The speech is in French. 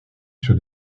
sur